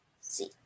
see